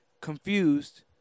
confused